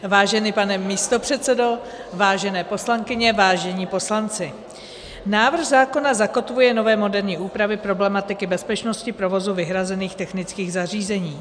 Vážený pane místopředsedo, vážené poslankyně, vážení poslanci, návrh zákona zakotvuje nové, moderní úpravy problematiky bezpečnosti provozu vyhrazených technických zařízení.